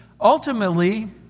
ultimately